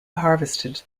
harvested